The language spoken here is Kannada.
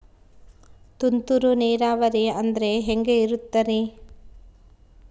ತುಂತುರು ನೇರಾವರಿ ಅಂದ್ರೆ ಹೆಂಗೆ ಇರುತ್ತರಿ?